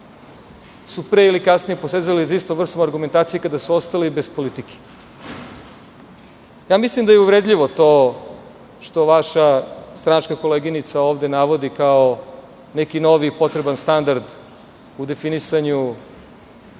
su pre ili kasnije posezali za istom vrstom argumentacije kada su ostali bez politike. Mislim da je uvredljivo to što vaša stranačka koleginica ovde navodi kao neki novi potreban standard u definisanju